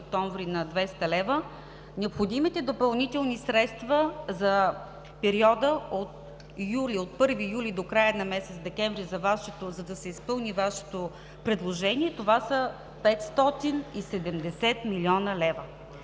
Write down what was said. октомври – на 200 лв., необходимите допълнителни средства за периода от 1 юли до края на месец декември, за да се изпълни Вашето предложение, това са 570 млн. лв.,